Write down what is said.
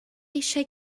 eisiau